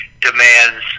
demands